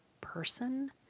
person